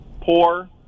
poor